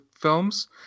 films